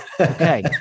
Okay